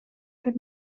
could